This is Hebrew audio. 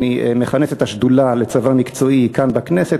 אני מכנס את השדולה לצבא מקצועי כאן בכנסת.